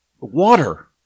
water